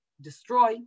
destroy